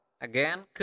Again